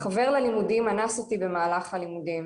חבר ללימודים אנס אותי במהלך הלימודים,